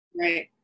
right